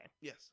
Yes